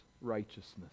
righteousness